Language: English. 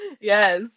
Yes